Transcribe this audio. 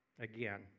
again